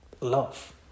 love